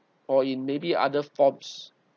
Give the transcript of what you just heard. or in maybe other forms